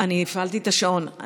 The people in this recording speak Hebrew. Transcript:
אני הפעלתי את השעון,